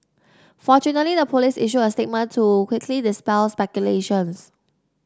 fortunately the police issued a statement to quickly dispel speculations